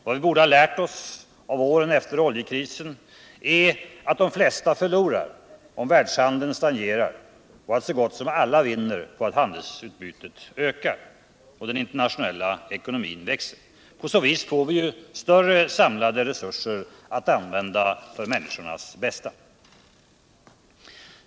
Vad vi borde ha lärt oss av åren efter oljekrisen är att de flesta förlorar om världshandeln stagnerar och att så gott som alla vinner på att handelsutbytet ökar och den internationella ekonomin växer. På så vis får vi ju större samlade resurser att använda för människors bästa.